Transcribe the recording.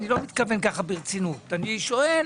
אני שואל